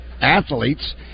athletes